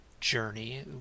journey